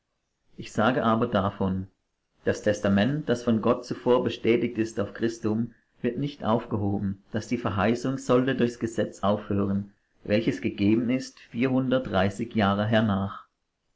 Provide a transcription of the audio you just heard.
ich sage aber davon das testament das von gott zuvor bestätigt ist auf christum wird nicht aufgehoben daß die verheißung sollte durchs gesetz aufhören welches gegeben ist vierhundertdreißig jahre hernach